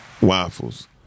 waffles